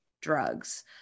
drugs